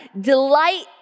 delight